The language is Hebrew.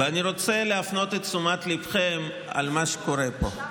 אני רוצה להפנות את תשומת ליבכם למה שקורה פה.